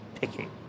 picking